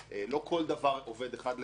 לא כל דבר עובד אחד לאחד.